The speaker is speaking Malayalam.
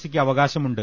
സിക്ക് അവകാശ മുണ്ട്